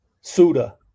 Suda